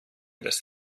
das